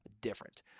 different